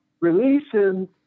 releasing